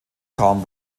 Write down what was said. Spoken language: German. kaum